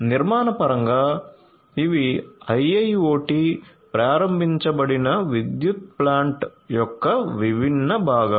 నిర్మాణపరంగా ఇవి IIoT ప్రారంభించబడిన విద్యుత్ ప్లాంట్ యొక్క విభిన్న భాగాలు